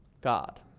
God